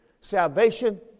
Salvation